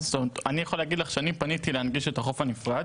אני יכול להגיד לך שאני פניתי כדי להנגיש את החוף הנפרד,